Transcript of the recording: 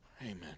Amen